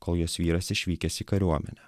kol jos vyras išvykęs į kariuomenę